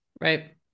Right